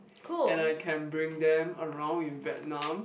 and I can bring them around in Vietnam